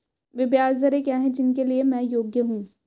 वे ब्याज दरें क्या हैं जिनके लिए मैं योग्य हूँ?